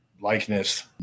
likeness